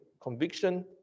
conviction